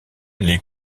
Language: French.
les